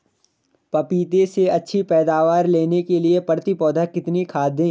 पपीते से अच्छी पैदावार लेने के लिए प्रति पौधा कितनी खाद दें?